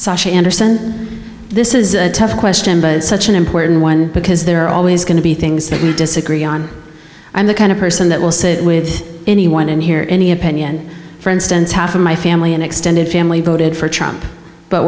cars anderson this is a tough question but it's such an important one because there are always going to be things that we disagree on and the kind of person that will sit with anyone in here any opinion for instance half of my family and extended family voted for trump but